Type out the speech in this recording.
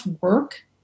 work